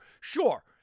sure